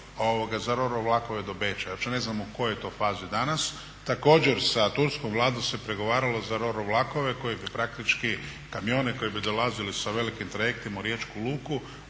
za roro vlakove do Beča. Uopće ne znam u kojoj je to fazi danas. Također sa turskom vladom se pregovaralo za roro vlakove koji bi praktički kamione koji bi dolazili sa velikim trajektima u Riječku luku